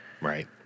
right